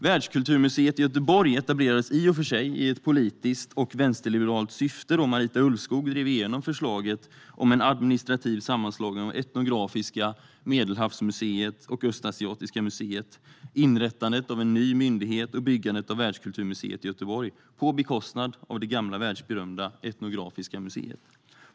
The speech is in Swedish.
Världskulturmuseet i Göteborg etablerades i och för sig i ett politiskt och vänsterliberalt syfte då Marita Ulvskog drev igenom förslaget om en administrativ sammanslagning av Etnografiska, Medelhavsmuseet och Östasiatiska museet, inrättandet av en ny myndighet och byggandet av Världskulturmuseet i Göteborg på bekostnad av det gamla världsberömda Etnografiska museet.